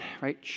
right